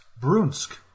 Brunsk